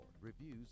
reviews